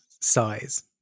size